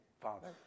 father